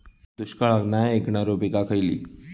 दुष्काळाक नाय ऐकणार्यो पीका खयली?